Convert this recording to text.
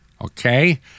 Okay